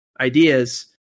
ideas